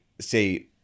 Say